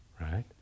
Right